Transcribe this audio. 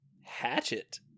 Hatchet